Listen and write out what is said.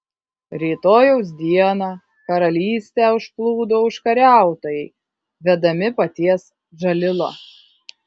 rytojaus dieną karalystę užplūdo užkariautojai vedami paties džalilo